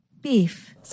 Beef